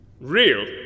Real